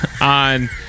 on